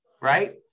right